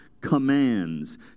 commands